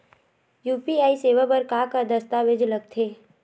UPI सेवा बर का का दस्तावेज लगथे?